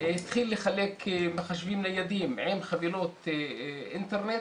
התחיל לחלק מחשבים ניידים עם חבילות אינטרנט